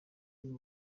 uru